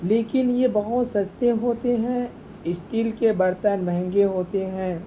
لیکن یہ بہت سستے ہوتے ہیں اسٹیل کے برتن مہنگے ہوتے ہیں